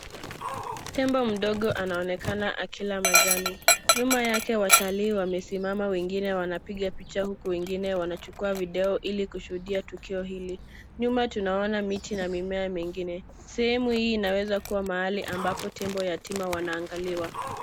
Tembo mdogo anaonekana akila majani. Nyuma yake, watalii wamesimama, wengine wakipiga picha huku wengine wanachukua video hili kushuhudia tukio hili. Nyuma, tunaona miti na mimea mingine. Sehemu hii inaweza kuwa mahali ambapo tembo yatima wanaangaliwa.